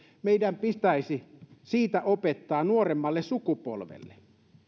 meidän pitäisi opettaa nuoremmalle sukupolvelle